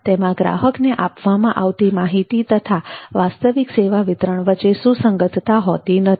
તેમાં ગ્રાહકને આપવામાં આવતી માહિતી તથા વાસ્તવિક સેવા વિતરણ વચ્ચે સુસંગતતા હોતી નથી